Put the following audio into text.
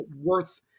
worth